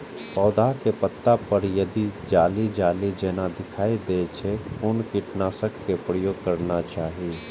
पोधा के पत्ता पर यदि जाली जाली जेना दिखाई दै छै छै कोन कीटनाशक के प्रयोग करना चाही?